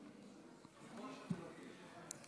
בבקשה.